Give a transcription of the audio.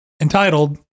entitled